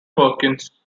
perkins